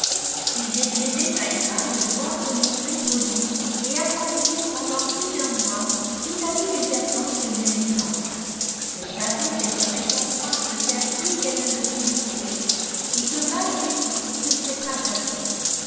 il déplaisait à emma de devoir se montrer polie et attentive pendant plusieurs mois vis-à-vis d'une personne qu'elle n'aimait pas elle savait qu'elle serait contrainte de faire plus qu'elle ne le désirait et que malgré tout ce ne serait pas assez